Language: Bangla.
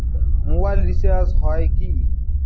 মোবাইল রিচার্জ হয় কি?